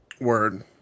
Word